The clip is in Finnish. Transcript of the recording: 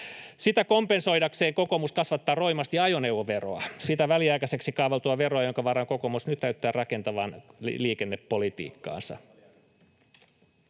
Sitä kompensoidakseen kokoomus kasvattaa roimasti ajoneuvoveroa, sitä väliaikaiseksi kaavailtua veroa, jonka varaan kokoomus nyt näyttää rakentavan liikennepolitiikkaansa.